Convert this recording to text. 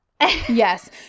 Yes